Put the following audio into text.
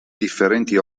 differenti